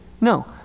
no